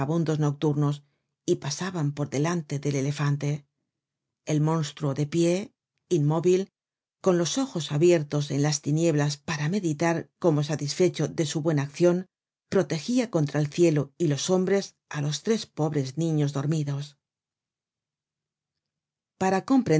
vagabundos nocturnos y pasaban por delante del elefante el monstruo de pie inmóvil con los ojos abiertos en las tinieblas para meditar como satisfecho de su buena accion protegia contra el cielo y los hombres á los tres pobres niños dormidos